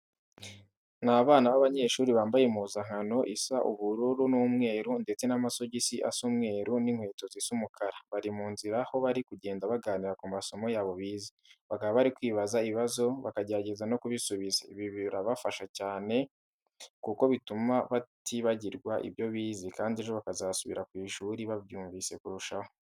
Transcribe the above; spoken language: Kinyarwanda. Ni abana b'abanyeshuri bambaye impuzankano isa ubururu n'umweru ndetse n'amasogisi asa umweru n'inkweto zisa umukara. Bari mu nzira aho bari kugenda baganira ku masomo yabo bize, bakaba bari kwibaza ibibazo bakagerageza no kubisubiza. Ibi birabafasha cyane kuko bituma batibagirwa ibyo bize kandi ejo bakazasubira ku ishuri babyumvise kurushaho.